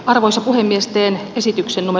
arvoisa puhemies teen esityksen oma